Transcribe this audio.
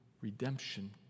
redemption